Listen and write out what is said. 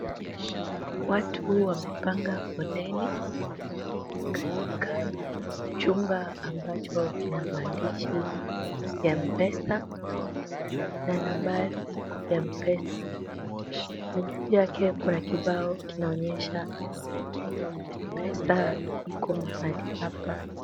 Watu wamepanga foleni katika chumba ambacho kina maandishi ya mpesa na nambari ya mpesa na juu yake kuna kibao kinaonyesha mpesa iko mahali hapa.